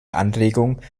anregung